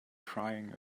crying